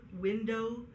window